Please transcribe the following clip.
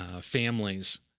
families